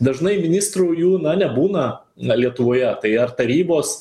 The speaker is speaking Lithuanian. dažnai ministrų jų na nebūna na lietuvoje tai ar tarybos